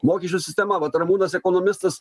mokesčių sistema vat ramūnas ekonomistas